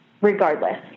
regardless